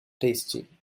tasty